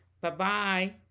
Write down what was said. Bye-bye